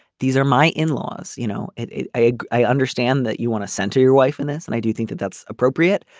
these are my in-laws. you know it. i ah i understand that you want to center your wife in this and i do think that that's appropriate.